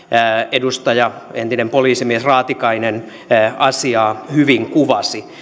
edustaja raatikainen entinen poliisimies asiaa hyvin kuvasi